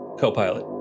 co-pilot